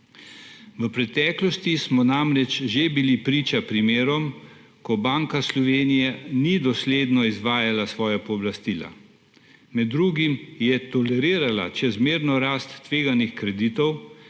V preteklosti smo namreč že bili priča primerov, ko Banka Slovenije ni dosledno izvajala svojih pooblastil. Med drugim je tolerirala čezmerno rast tveganih kreditov,